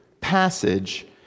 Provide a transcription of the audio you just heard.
passage